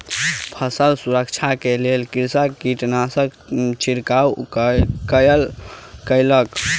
फसिलक सुरक्षाक लेल कृषक कीटनाशकक छिड़काव कयलक